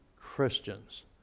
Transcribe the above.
Christians